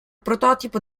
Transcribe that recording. prototipo